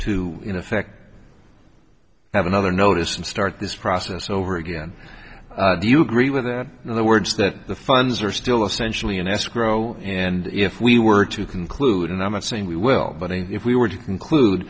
to in effect have another notice and start this process over again do you agree with the words that the fines are still essentially in escrow and if we were to conclude and i'm not saying we will but if we were to conclude